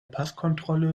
passkontrolle